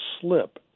slip